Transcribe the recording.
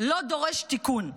לא דורש תיקון.